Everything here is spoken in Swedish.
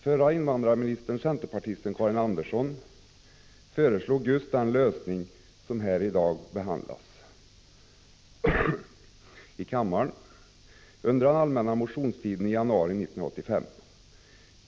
Förra invandrarministern, centerpartisten Karin Andersson, föreslog just den lösning som här i dag behandlas i kammaren under den allmänna motionstiden i januari 1985.